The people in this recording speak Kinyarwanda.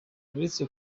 uretse